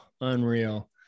Unreal